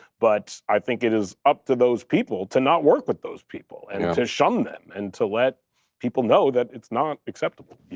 but i think it is up to those people to not work with those people and to shun them and to let people know that it's not acceptable,